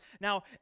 Now